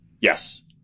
Yes